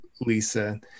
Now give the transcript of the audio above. lisa